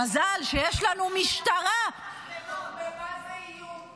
מזל שיש לנו משטרה --- פחמימה זה איום,